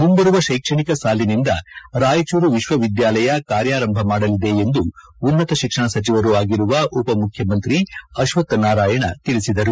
ಮುಂಬರುವ ಶೈಕ್ಷಣಿಕ ಸಾಲಿನಿಂದ ರಾಯಚೂರು ವಿಶ್ವವಿದ್ಯಾಲಯ ಕಾರ್ಯಾರಂಭ ಮಾಡಲಿದೆ ಎಂದು ಉನ್ನತ ಶಿಕ್ಷಣ ಸಚಿವರೂ ಆಗಿರುವ ಉಪಮುಖ್ಯಮಂತ್ರಿ ಅಶ್ವತ್ ನಾರಾಯಣ ತಿಳಿಸಿದರು